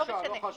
לא משנה,